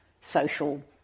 social